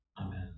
amen